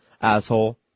asshole